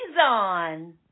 on